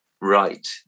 right